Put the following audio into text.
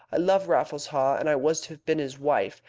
i love raffles haw, and i was to have been his wife.